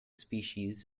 species